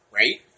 right